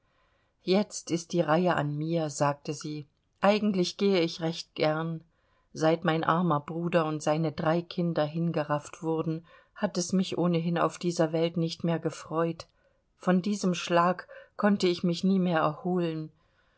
jetzt ist die reihe an mir sagte sie eigentlich gehe ich recht gern seit mein armer bruder und seine drei kinder hingerafft wurden hat es mich ohnehin auf dieser welt nicht mehr gefreut von diesem schlag konnte ich mich nie mehr erholen